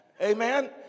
Amen